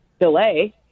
delay